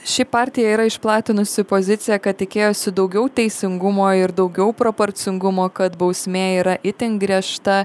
ši partija yra išplatinusi poziciją kad tikėjosi daugiau teisingumo ir daugiau proporcingumo kad bausmė yra itin griežta